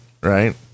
Right